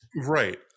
Right